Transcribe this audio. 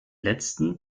letzten